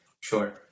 Sure